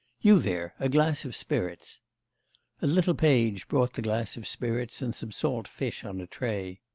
you there. a glass of spirits a little page brought the glass of spirits and some salt fish on a tray.